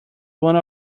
one